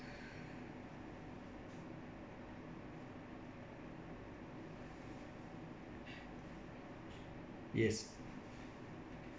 yes